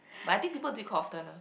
but I think people do it often one